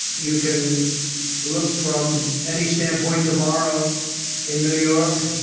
you can look from any standpoint tomorrow in new york.